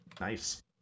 Nice